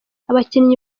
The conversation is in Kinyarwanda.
abakinnyi